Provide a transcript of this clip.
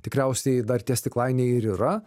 tikriausiai dar tie stiklainiai ir yra